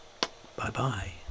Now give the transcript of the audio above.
Bye-bye